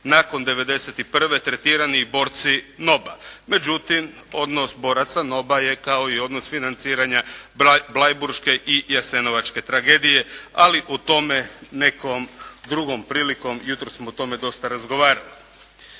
nakon '91. tretirani borci NOB-a. Međutim, odnos boraca NOB-a je kao i odnos financiranja Bleiburške i Jasenovačke tragedije, ali o tome nekom drugom prilikom, jutros smo o tome dosta razgovarali.